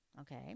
okay